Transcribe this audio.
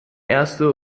erste